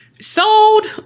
sold